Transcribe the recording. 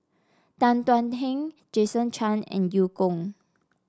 Tan Thuan Heng Jason Chan and Eu Kong